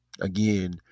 again